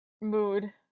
Mood